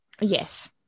Yes